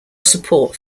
support